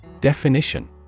Definition